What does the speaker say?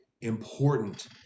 important